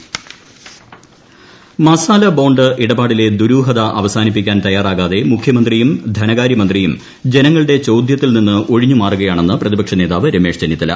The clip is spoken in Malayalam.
രമേശ് ചെന്നിത്തല മസാല ബോണ്ട് ഇടപാടിലെ ദൂരൂഹത അവസാനിപ്പിക്കാൻ തയ്യാറാകാതെ മുഖ്യമന്ത്രിയും ധനകാര്യമന്ത്രിയും ജനങ്ങളുടെ ചോദൃത്തിൽ നിന്ന് ഒഴിഞ്ഞു മാറുകയാണെന്ന് പ്രതിപക്ഷനേതാവ് രമേശ് ചെന്നിത്തല